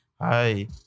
hi